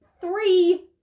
three